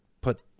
put